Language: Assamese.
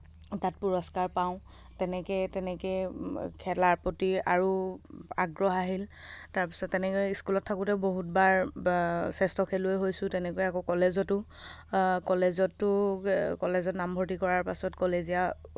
তাত পুৰস্কাৰ পাওঁ তেনেকে তেনেকে খেলাৰ প্ৰতি আৰু আগ্ৰহ আহিল তাৰপিছত তেনেকৈ স্কুলত থাকোতে বহুতবাৰ শ্ৰেষ্ঠ খেলুৱৈ হৈছোঁ তেনেকৈ আকৌ কলেজতো কলেজতো কলেজত নামভৰ্তি কৰাৰ পিছত কলেজীয়া